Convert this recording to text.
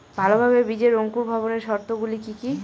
ভালোভাবে বীজের অঙ্কুর ভবনের শর্ত গুলি কি কি?